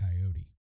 coyote